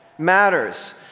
Matters